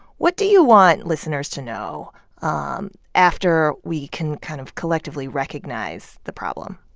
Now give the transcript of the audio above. what do you want listeners to know um after we can kind of collectively recognize the problem?